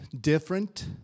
different